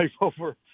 over